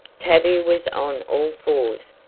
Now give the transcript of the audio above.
tavia was on all fours,